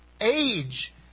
Age